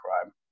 crime